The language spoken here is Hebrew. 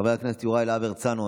חבר הכנסת יוראי להב הרצנו,